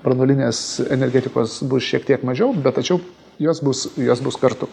branduolinės energetikos bus šiek tiek mažiau bet tačiau jos bus jos bus kartu